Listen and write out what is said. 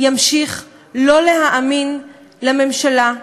ימשיך לא להאמין לממשלה,